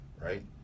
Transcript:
right